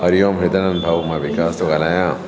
हरि ऊं वेदांत भाऊ मां विकास थो ॻाल्हायां